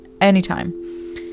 anytime